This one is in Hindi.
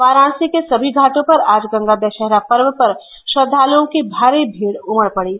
वाराणसी के सभी घाटों पर आज गंगा दषहरा पर्व पर श्रद्वालुओं की भारी भीड़ उमड़ पड़ी